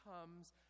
comes